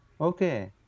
okay